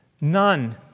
none